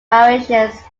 variations